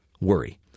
worry